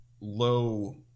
low